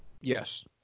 Yes